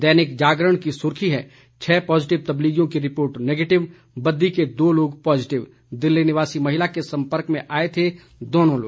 दैनिक जागरण की सुर्खी है छह पॉजिटिव तबलीगियों की रिपोर्ट नेगेटिव बद्दी के दो लोग पॉजिटिव दिल्ली निवासी महिला के संपर्क में आए थे दोनों लोग